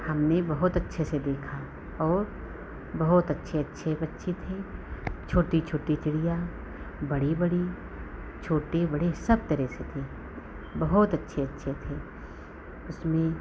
हमने बहुत अच्छे से देखा और बहुत अच्छे अच्छे पक्षी थे छोटी छोटी चिड़िया बड़ी बड़ी छोटे बड़े सब तरह से थे बहुत अच्छे अच्छे थे उसमें